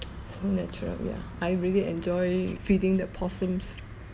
it's natural yeah I really enjoy feeding the possums